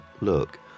look